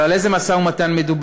אבל על איזה משא-ומתן מדובר?